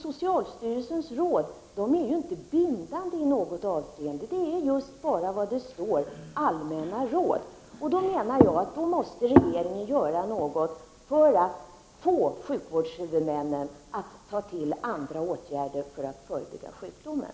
Socialstyrelsens råd är inte bindande i något avseende, utan precis som de heter: allmänna råd. Då måste regeringen göra någonting för att få sjukvårdshuvudmännen att ta till andra åtgärder för att förebygga sjukdomen.